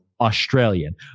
australian